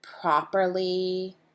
properly